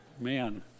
Man